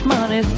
Money